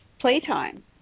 playtime